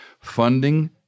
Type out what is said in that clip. Funding